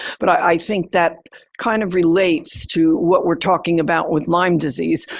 but i think that kind of relates to what we're talking about with lyme disease.